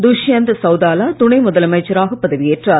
துஷ்யந்த் சவுதாலா துணை முதலமைச்சராகப் பதவியேற்றார்